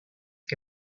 que